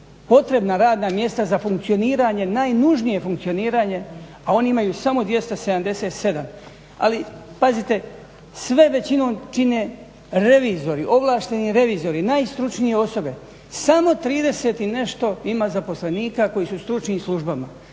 potrebna radna mjesta za funkcioniranje, najnužnije funkcioniranje, a oni imaju samo 277. Ali pazite, sve većinom čine revizori, ovlašteni revizori, najstručnije osobe. Samo 30 i nešto ima zaposlenika koji su u stručnim službama.